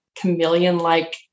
chameleon-like